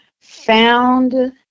found